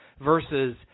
versus